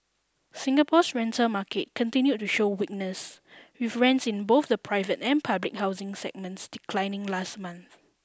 Singapore's rental market continued to show weakness with rents in both the private and public housing segments declining last month